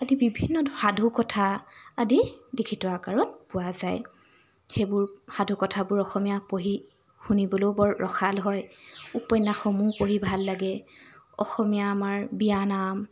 আদি বিভিন্ন সাধুকথা আদি লিখিত আকাৰত পোৱা যায় সেইবোৰ সাধুকথাবোৰ অসমীয়াত পঢ়ি শুনিবলৈও বৰ ৰসাল হয় উপন্যাসসমূহ পঢ়ি ভাল লাগে অসমীয়া আমাৰ বিয়ানাম